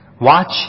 Watch